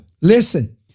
Listen